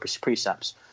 precepts